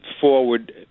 forward